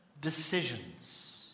decisions